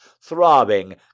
throbbing